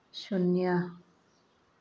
ꯁꯨꯅ꯭ꯌꯥ